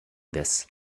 this